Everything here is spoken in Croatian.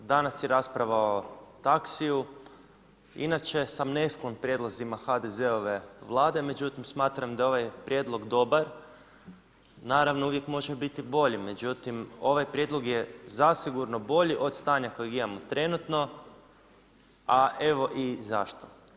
Danas je rasprava o taksiju, inače sam nesklon prijedlozima HDZ-ove vlade, međutim smatram da je ovaj prijedlog dobar, naravno uvijek može biti bolji, međutim ovaj prijedlog je zasigurno bolji od stanja kojeg imamo trenutno, a evo i zašto.